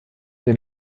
dem